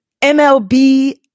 MLB